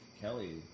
Kelly